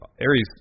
Aries